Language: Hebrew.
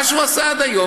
מה שהוא עשה עד היום,